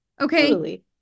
okay